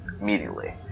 immediately